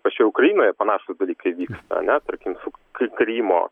pačioje ukrainoje panašūs dalykai vyksta ane tarkim kai krymo